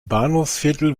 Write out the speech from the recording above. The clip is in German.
bahnhofsviertel